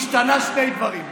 השתנו שני דברים.